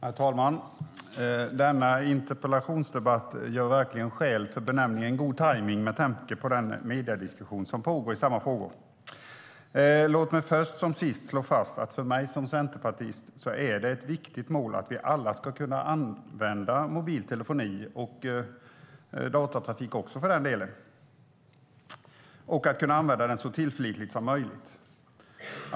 Herr talman! Denna interpellationsdebatt gör verkligen skäl för benämningen god tajmning, med tanke på den mediediskussion som pågår i samma frågor. Låt mig först som sist slå fast att det för mig som centerpartist är ett viktigt mål att vi alla ska kunna använda mobiltelefoni, och datatrafik också för den delen, och kunna använda den så tillförlitligt som möjligt.